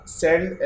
send